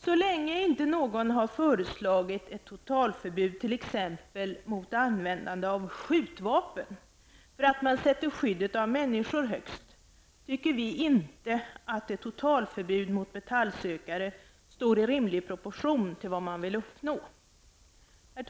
Så länge ingen föreslagit totalförbud t.ex. mot användande av skjutvapen för att man sätter skyddet av människor högst tycker vi inte att ett totalförbud mot metallsökare står i rimlig proportion till vad man vill uppnå.